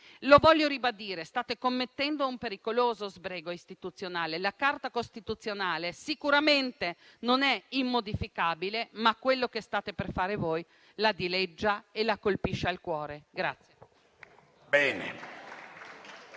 Voglio ribadire che state commettendo un pericoloso sbrego istituzionale. La Carta costituzionale sicuramente non è immodificabile, ma quello che state per fare voi la dileggia e la colpisce al cuore.